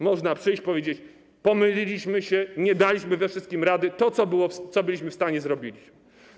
Można przyjść, powiedzieć: pomyliliśmy się, nie daliśmy ze wszystkim rady, to, co byliśmy w stanie, zrobiliśmy.